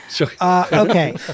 Okay